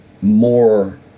more